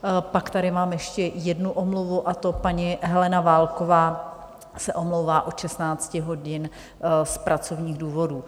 A pak tady mám ještě jednu omluvu, a to paní Helena Válková se omlouvá od 16 hodin z pracovních důvodů.